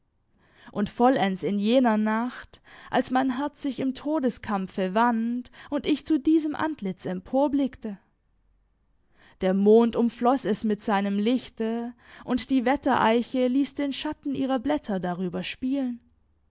und vollends in jener nacht als mein herz sich im todeskampfe wand und ich zu diesem antlitz emporblickte der mond umfloß es mit seinem lichte und die wettereiche ließ den schatten ihrer blätter darüber spielen